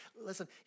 Listen